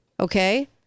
Okay